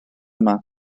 yma